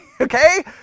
Okay